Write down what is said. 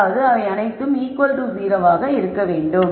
அதாவது அவை அனைத்தும் 0 ஆக இருக்க வேண்டும்